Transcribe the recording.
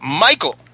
Michael